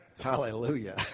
Hallelujah